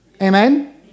Amen